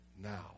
now